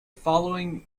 following